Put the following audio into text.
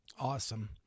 Awesome